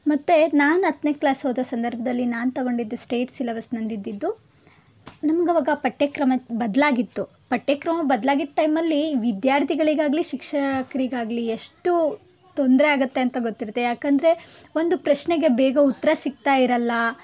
ಮತ್ತು ನಾನು ಹತ್ತನೇ ಕ್ಲಾಸ್ ಓದೋ ಸಂದರ್ಭದಲ್ಲಿ ನಾನು ತಗೊಂಡಿದ್ದು ಸ್ಟೇಟ್ ಸಿಲಬಸ್ ನಂದು ಇದ್ದಿದ್ದು ನಮ್ಗೆ ಆವಾಗ ಪಠ್ಯಕ್ರಮ ಬದಲಾಗಿತ್ತು ಪಠ್ಯಕ್ರಮ ಬದ್ಲಾಗಿದ್ದ ಟೈಮಲ್ಲಿ ವಿದ್ಯಾರ್ಥಿಗಳಿಗಾಗಲಿ ಶಿಕ್ಷಕರಿಗಾಗಲಿ ಎಷ್ಟು ತೊಂದರೆ ಆಗುತ್ತೆ ಅಂತ ಗೊತ್ತಿರತ್ತೆ ಯಾಕಂದರೆ ಒಂದು ಪ್ರಶ್ನೆಗೆ ಬೇಗ ಉತ್ತರ ಸಿಗ್ತಾ ಇರೋಲ್ಲ